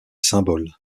symboles